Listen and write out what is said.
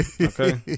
Okay